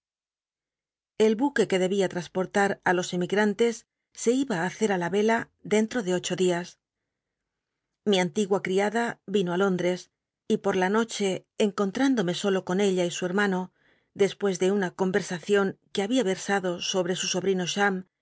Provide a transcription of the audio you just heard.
el bnqnc que debía trasportar i los emigrantes se iba i hace ü la rela dentro de ocho días fi antigua criada ino i j óndres y por la noche cnconllo indome solo con ella y su hermano dcspucs de una convcrsacion que habia r crsado sohte su sobrino